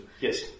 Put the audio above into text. yes